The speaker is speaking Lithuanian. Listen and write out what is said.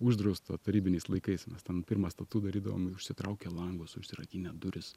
uždrausta tarybiniais laikais mes ten pirmas tatū darydavom ir užsitraukę langus užsirakinę duris